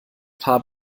paar